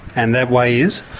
and that way is?